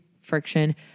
friction